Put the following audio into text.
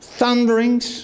thunderings